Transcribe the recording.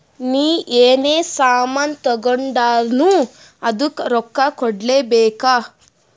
ನೀ ಎನೇ ಸಾಮಾನ್ ತಗೊಂಡುರ್ನೂ ಅದ್ದುಕ್ ರೊಕ್ಕಾ ಕೂಡ್ಲೇ ಬೇಕ್